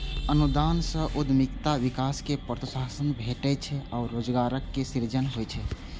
अनुदान सं उद्यमिता विकास कें प्रोत्साहन भेटै छै आ रोजगारक सृजन होइ छै